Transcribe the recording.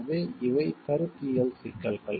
எனவே இவை கருத்தியல் சிக்கல்கள்